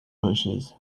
bushes